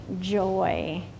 joy